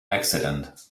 accident